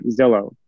Zillow